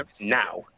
Now